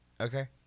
Okay